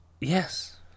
Yes